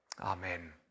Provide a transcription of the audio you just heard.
Amen